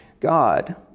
God